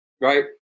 Right